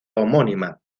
homónima